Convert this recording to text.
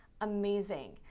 amazing